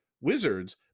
Wizards